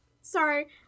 sorry